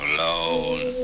Alone